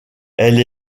elle